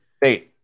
Hey